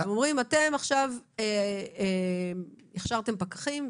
הם אומרים: אתם עכשיו הכשרתם פקחים,